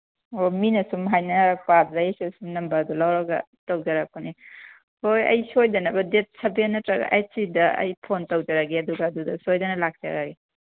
ꯑꯣ ꯃꯤꯅ ꯁꯨꯝ ꯍꯥꯏꯅꯔꯛꯄ ꯑꯗꯨꯗꯒꯤ ꯁꯨꯝ ꯅꯝꯕꯔꯗꯨ ꯂꯧꯔꯒ ꯇꯧꯖꯔꯛꯄꯅꯤ ꯍꯣꯏ ꯑꯩ ꯁꯣꯏꯗꯅꯕ ꯗꯦꯠ ꯁꯕꯦꯟ ꯅꯠꯇ꯭ꯔꯒ ꯑꯩꯠꯁꯤꯗ ꯑꯩ ꯐꯣꯟ ꯇꯧꯖꯔꯒꯦ ꯑꯗꯨꯒ ꯑꯗꯨꯗ ꯁꯣꯏꯗꯅ ꯂꯥꯛꯆꯔꯒꯦ